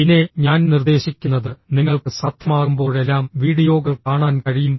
പിന്നെ ഞാൻ നിർദ്ദേശിക്കുന്നത് നിങ്ങൾക്ക് സാധ്യമാകുമ്പോഴെല്ലാം വീഡിയോകൾ കാണാൻ കഴിയും